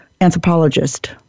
anthropologist